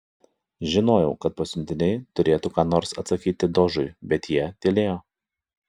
žinojau kad pasiuntiniai turėtų ką nors atsakyti dožui bet jie tylėjo